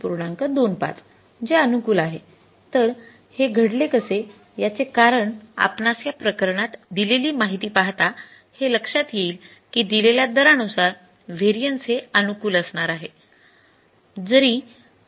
२५ जे अनुकूल आहे तर हे घडले कसे याचे कारण आपणास या प्रकरणात दिलेली माहिती पाहता हे लक्ष्यात येईल कि दिलेल्या दरानुसार व्हेरिएन्स हे अनुकूल असणार आहे